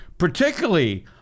particularly